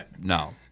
no